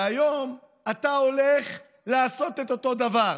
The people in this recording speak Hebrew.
והיום אתה הולך לעשות את אותו דבר?